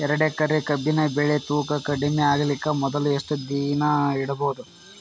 ಎರಡೇಕರಿ ಕಬ್ಬಿನ್ ಬೆಳಿ ತೂಕ ಕಡಿಮೆ ಆಗಲಿಕ ಮೊದಲು ಎಷ್ಟ ದಿನ ಇಡಬಹುದು?